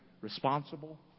Responsible